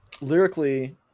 Lyrically